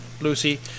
Lucy